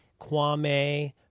Kwame—